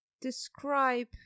Describe